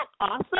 awesome